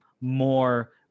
more